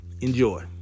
Enjoy